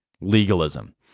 legalism